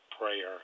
prayer